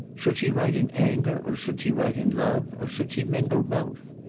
should she write in anger or should she write in love or should she mingle both?